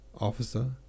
officer